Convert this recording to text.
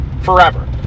forever